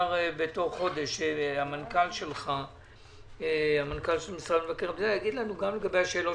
שבתוך חודש המנכ"ל של משרד מבקר המדינה יגיד לנו לגבי השאלות